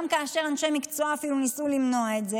גם כאשר אנשי מקצוע אפילו ניסו למנוע את זה,